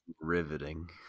Riveting